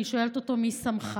אני שואלת אותו: מי שמך?